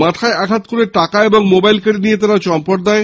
মাথায় আঘাত করে টাকা ও মোবাইল কেড়ে নিয়ে তারা চম্পট দেয়